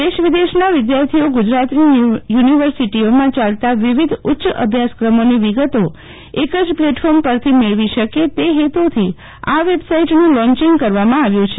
દેશ વિદેશના વિદ્યાર્થીઓ ગુજરાતની યુનિવર્સિટીઓમાં યાલતા વિવિધ ઉચ્ય અભ્યાસક્રમોની વિગતો એક જ પ્લેટફોર્મ પરથી મેળવી શકે તે હેતુથી આ વેબસાઇટનું લોન્ચીંગ કરવામાં આવ્યું છે